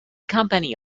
company